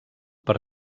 per